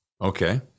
okay